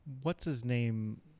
What's-his-name